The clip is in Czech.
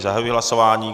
Zahajuji hlasování.